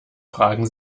fragen